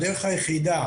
הדרך היחידה